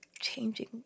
changing